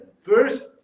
first